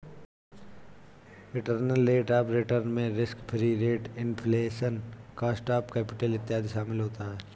internal rate of return में risk free rate, inflation, cost of capital इत्यादि शामिल होता है